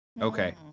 Okay